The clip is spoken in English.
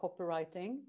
copywriting